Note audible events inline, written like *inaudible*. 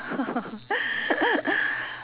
*laughs*